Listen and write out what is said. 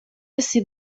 سیب